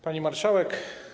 Pani Marszałek!